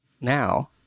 now